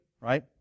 right